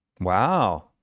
Wow